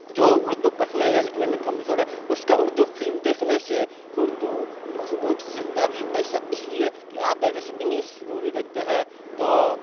جو اردو پڑھنے یا لکھنے میں کمزور اس کا اردو فلم دیکھنے سے اردو مضبوط ہو سکتا ہے ایسا اس لیے کہ آپ جیسے انگلس مووی دیکھتے ہیں تو